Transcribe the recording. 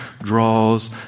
draws